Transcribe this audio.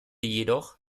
jedoch